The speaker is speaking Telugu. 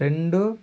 రెండు